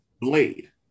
Blade